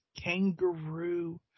kangaroo